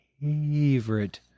favorite